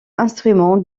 instrument